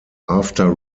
after